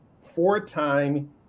four-time